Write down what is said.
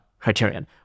criterion